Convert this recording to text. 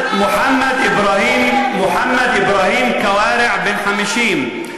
אני לא אשתוק, מוחמד אברהים כוארע, בן 50,